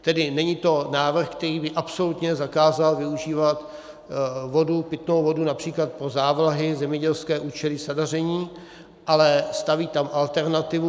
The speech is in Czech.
Tedy není to návrh, který by absolutně zakázal využívat vodu, pitnou vodu například pro závlahy, zemědělské účely, sadaření, ale staví tam alternativu;